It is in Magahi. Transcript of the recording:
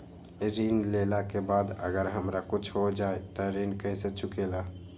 ऋण लेला के बाद अगर हमरा कुछ हो जाइ त ऋण कैसे चुकेला?